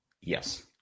Yes